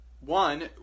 one